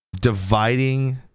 dividing